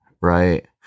right